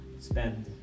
spend